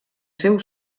seu